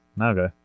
okay